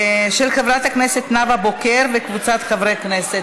של חברת הכנסת נאוה בוקר וקבוצת חברי הכנסת.